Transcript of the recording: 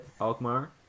Alkmaar